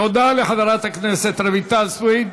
תודה לחברת הכנסת רויטל סויד.